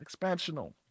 expansional